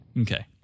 Okay